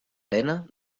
arena